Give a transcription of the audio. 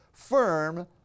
firm